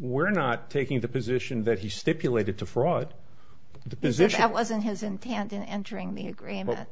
we're not taking the position that he stipulated to fraud the position that wasn't his and tandon entering the